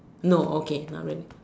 no okay not really